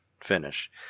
finish